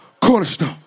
cornerstone